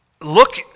Look